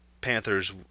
Panthers